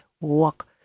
walk